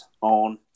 on